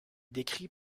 décrit